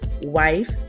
wife